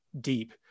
deep